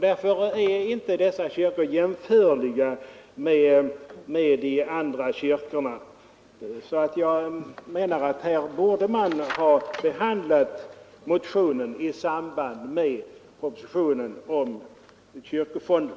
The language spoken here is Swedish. Därför är alltså inte dessa kyrkor jämförliga med de andra kyrkorna. Jag menar att man borde ha behandlat motionen i samband med propositionen om kyrkofonden.